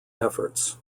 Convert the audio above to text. efforts